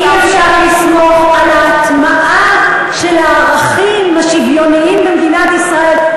אי-אפשר לסמוך על ההטמעה של הערכים השוויוניים במדינת ישראל,